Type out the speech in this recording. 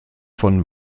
von